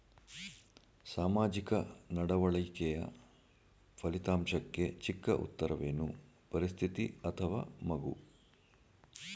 ಸಾಮಾಜಿಕ ನಡವಳಿಕೆಯ ಫಲಿತಾಂಶಕ್ಕೆ ಚಿಕ್ಕ ಉತ್ತರವೇನು? ಪರಿಸ್ಥಿತಿ ಅಥವಾ ಮಗು?